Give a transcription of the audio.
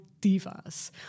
divas